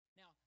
now